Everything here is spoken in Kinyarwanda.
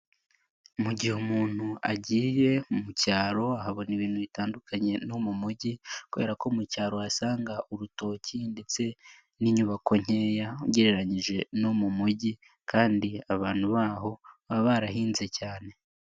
Mu gihe umuntu agiye mu cyaro ahabona ibintu bitandukanye no mu mujyi, kubera ko mu cyaro uhasanga urutoki ndetse n'inyubako nkeya ugereranyije no mu mujyi kandi abantu baho baba barahinze cyane.